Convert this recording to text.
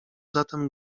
zatem